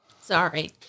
sorry